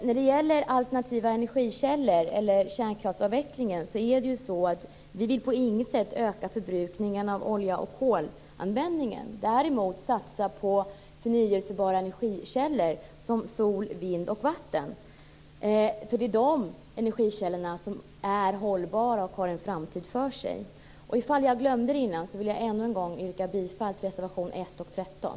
När det gäller kärnkraftsavvecklingen vill vi på inget sätt öka olje och kolanvändningen. Däremot vill vi satsa på förnybara energikällor som sol, vind och vatten, för det är dessa energikällor som är hållbara och som har en framtid. Ifall jag glömde det tidigare vill jag yrka bifall till reservationerna 1 och 13.